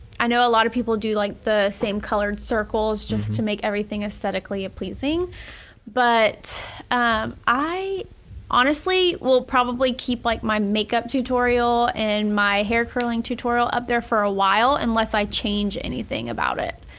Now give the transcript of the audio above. i know a lot of people do like the same colored circles just to make everything aesthetically pleasing but i honestly will probably keep like my makeup tutorial and my hair curling tutorial up there for awhile unless i change anything about it.